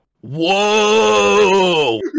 whoa